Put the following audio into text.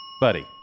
Buddy